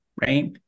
right